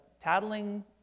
tattling